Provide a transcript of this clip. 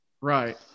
Right